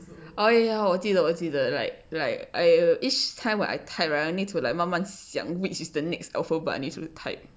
oh ya 我记得我记得 like like I each time where I type right I need to like 慢慢想 which is the next alphabet I need to type